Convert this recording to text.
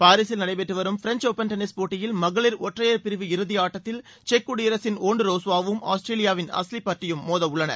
பாரிஸில் நடைபெற்று வரும் ஃபிரஞ்ச் ஒப்பன் டென்னிஸ் போட்டியில் மகளிர் ஒற்றையர் பிரிவு இறுதியாட்டத்தில் செக் குடியரசின் வோண்டு ரோஸ்வாவும் ஆஸ்திரேலியாவின் ஆஷ்கி பர்ட்டியும் மோதவுள்ளனர்